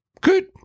good